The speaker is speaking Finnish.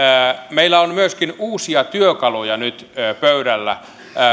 meillä on myöskin uusia työkaluja nyt pöydällä